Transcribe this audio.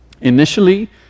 Initially